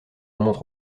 montrent